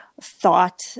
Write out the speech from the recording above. thought